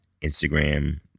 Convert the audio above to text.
Instagram